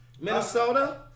Minnesota